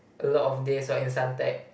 a lot of days what in Suntec